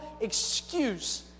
excuse